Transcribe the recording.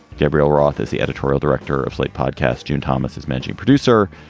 gabriel roth is the editorial director of slate podcast june thomas as managing producer.